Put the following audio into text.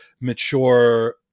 mature